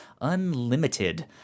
Unlimited